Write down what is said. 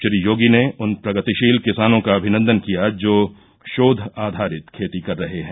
श्री योगी ने उन प्रगतिशील किसानों का अभिनन्दन किया जो शोध आधारित खेती कर रहे हैं